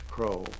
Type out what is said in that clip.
Crow